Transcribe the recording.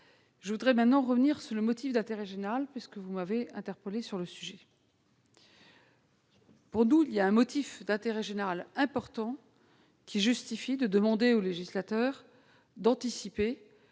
Je reviendrai maintenant sur le motif d'intérêt général, puisque vous m'avez interpellée sur ce sujet. Pour nous, il y a un motif d'intérêt général important qui justifie de demander au législateur d'anticiper